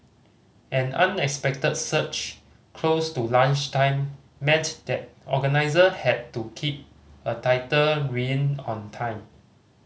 an unexpected surge close to lunchtime meant that organiser had to keep a tighter rein on time